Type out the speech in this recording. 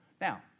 Now